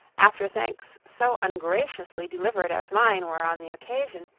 after thanks so ungraciously delivered as mine were on the occasion,